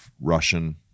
Russian